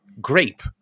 grape